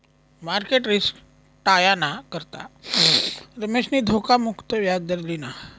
market risk टायाना करता रमेशनी धोखा मुक्त याजदर लिना